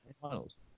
finals